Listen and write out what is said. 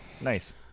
Nice